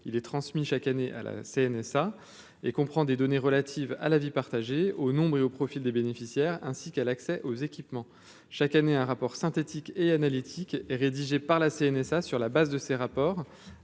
il est transmis chaque année à la CNSA et comprend des données relatives à la vie partagée au nombre et au profil des bénéficiaires, ainsi qu'à l'accès aux équipements chaque année un rapport synthétique et analytique et rédigé par la CNSA, sur la base de ces rapports